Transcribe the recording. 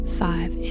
five